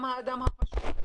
גם האדם הפשוט,